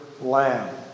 lamb